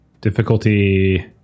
Difficulty